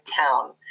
town